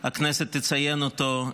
הכנסת תציין אותו,